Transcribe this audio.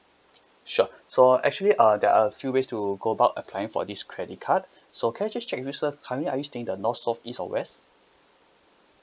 sure so actually uh there are a few ways to go about applying for this credit card so can I just check with sir currently are you staying at the north south east or west